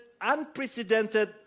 unprecedented